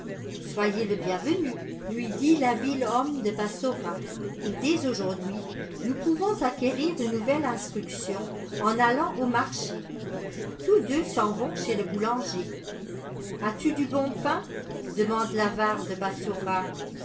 soyez le bienvenu lui dit tliabile homme de bassora et dès aujourd'hui nous pouvons acquérir une nouvelle instruction en allant au marché tous deux s'en vont chez le boulanger as-tu du bon pain demande l'avare de